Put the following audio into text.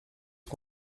que